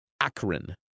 Akron